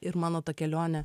ir mano tą kelionė